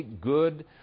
good